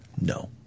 No